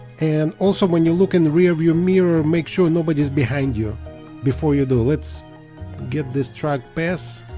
and also when you look in the rearview mirror make sure nobody is behind you before you do let's get this truck pass